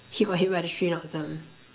he got hit by the tree not them